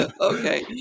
Okay